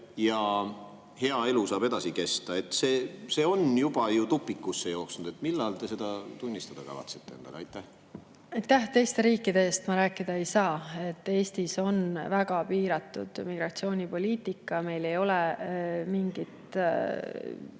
ja hea elu saab edasi kesta – on juba tupikusse jooksnud? Millal te seda tunnistada kavatsete? Aitäh! Teiste riikide eest ma rääkida ei saa. Eestis on väga piiratud migratsioonipoliitika. Me ei too